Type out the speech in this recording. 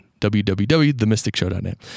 www.TheMysticShow.net